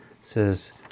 says